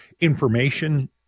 information